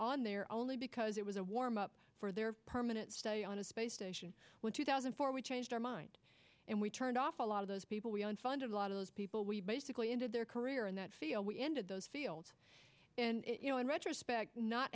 on there only because it was a warm up for their permanent study on a space station with two thousand four we changed our mind and we turned off a lot of those people we don't find a lot of those people we basically ended their career in that field we ended those fields and you know in retrospect not